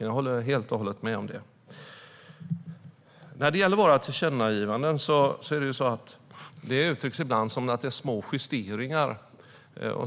Jag håller helt och hållet med om det. När det gäller våra tillkännagivanden uttrycks det ibland som att det är fråga om små justeringar.